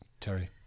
Terry